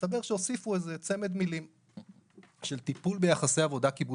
והסתבר שהוסיפו איזה צמד מילים של טיפול ביחסי עבודה קיבוציים.